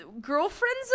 Girlfriends